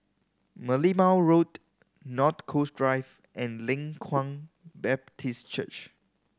Merlimau Road North Coast Drive and Leng Kwang Baptist Church